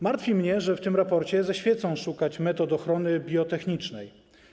Martwi mnie, że w tym raporcie ze świecą szukać metod ochrony biotechnicznej.